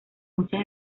muchas